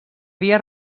via